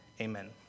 amen